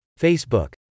Facebook